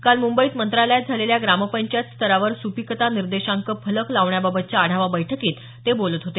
काल मुंबईत मंत्रालयात झालेल्या ग्रामपंचायत स्तरावर सुपिकता निर्देशांक फलक लावण्याबाबतच्या आढावा बैठकीत ते बोलत होते